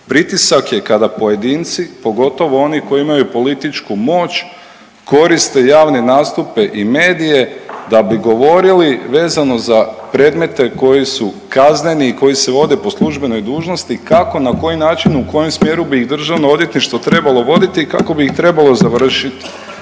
Pritisak je kada pojedinci, pogotovo oni koji imaju političku moć koriste javne nastupe i medije da bi govorili vezano za predmete koji su kazneni i koji se vode po službenoj dužnosti kako, na koji način, u kojem smjeru bi ih Državno odvjetništvo trebalo voditi i kako bi ih trebalo završiti.